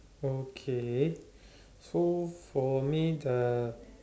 okay so for me the